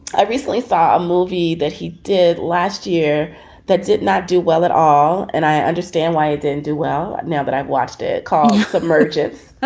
i recently saw a movie that he did last year that did not do well at all, and i understand why it didn't do well now that i've watched it called submergence,